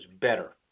better